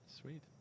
Sweet